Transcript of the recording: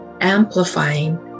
amplifying